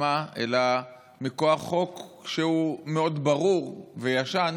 עצמה אלא מכוח חוק שהוא מאוד ברור וישן,